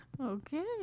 okay